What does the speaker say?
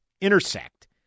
intersect